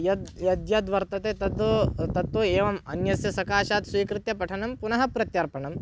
यद् यद्यद्वर्तते तद् तत्तु एवम् अन्यस्य सकाशात् स्वीकृत्य पठनं पुनः प्रत्यर्पणम्